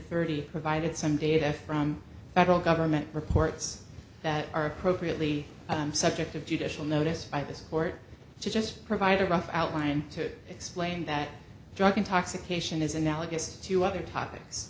thirty provided some data from federal government reports that are appropriately subject of judicial notice by this court just provide a rough outline to explain that drug intoxication is analogous to other topics